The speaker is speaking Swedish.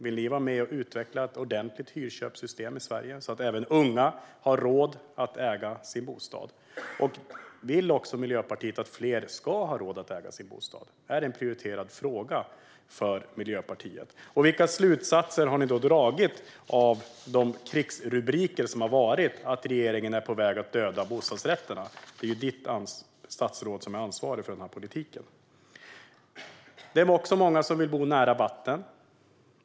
Vill ni vara med och utveckla ett ordentligt hyrköpssystem i Sverige så att även unga har råd att äga sin bostad? Vill Miljöpartiet också att fler ska ha råd att äga sin bostad? Är det en prioriterad fråga för Miljöpartiet? Vilka slutsatser har ni då dragit av de krigsrubriker som varit om att regeringen är på väg att döda bostadsrätterna? Det är ju ditt statsråd som är ansvarig för den politiken, Emma Hult. Det är också många som vill bo nära vatten.